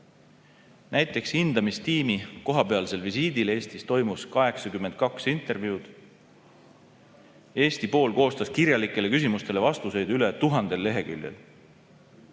Näiteks, hindamistiimi kohapealsel visiidil Eestis toimus 82 intervjuud. Eesti pool koostas kirjalikele küsimustele vastuseid üle 1000 lehekülje.